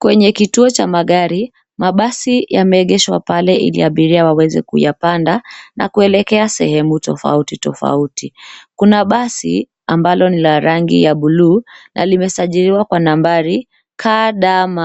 Kwenye kituo cha magari, mabasi yameegeshwa pale ili abiria waweze kuyapanda na kuelekea sehemu tofautitofauti. Kuna basi ambalo ni la rangi ya buluu, na limesajiliwa kwa nambari, KDM